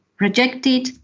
rejected